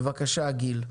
בבקשה, גיל.